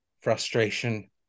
frustration